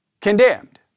condemned